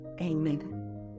amen